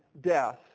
death